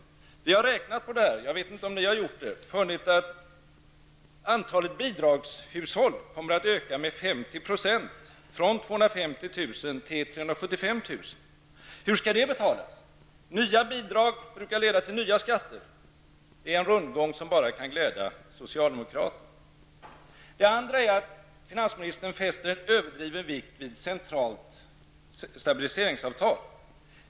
Vi har räknat på detta -- jag vet inte om ni har gjort det -- och funnit att antalet bidragshushåll kommer att öka med 50 %, från 250 000 till 375 000. Hur skall det betalas? Nya bidrag brukar leda till nya skatter. Det är en rundgång som bara kan glädja socialdemokrater. Det andra är att finansministern fäster en överdriven vikt vid ett centralt stabiliseringsavtal.